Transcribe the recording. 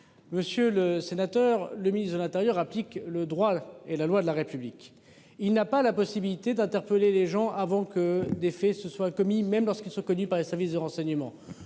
Monsieur le sénateur, le ministre de l'Intérieur applique le droit à l'et la loi de la République, il n'a pas la possibilité d'interpeller les gens avant que des faits se soit commis même lorsqu'ils sont connus par les services de renseignement.